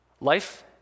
Life